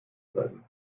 bleiben